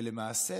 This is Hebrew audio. ולמעשה